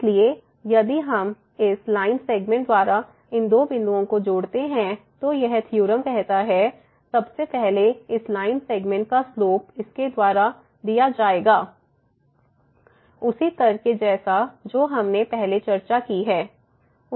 इसलिए यदि हम इस लाइन सेगमेंट द्वारा इन दो बिंदुओं को जोड़ते हैं तो यह थ्योरम कहता है सबसे पहले इस लाइन सेगमेंट का स्लोप इसके द्वारा दिया जाएगा fb f g b g उसी तर्क के जैसा जो हमने पहले चर्चा की है